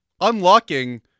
unlocking